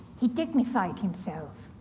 he dignified himself,